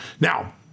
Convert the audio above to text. Now